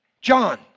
John